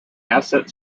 asset